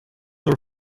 were